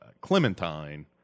Clementine